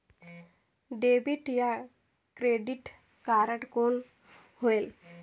Debit या credit card कौन होएल?